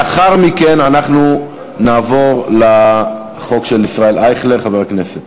לאחר מכן אנחנו נעבור לחוק של חבר הכנסת